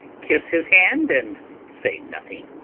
kiss his hand, and say nothing,